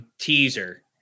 teaser